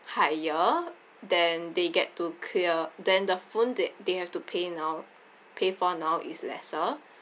higher then they get to clear then the phone they they have to pay now pay for now is lesser